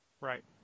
Right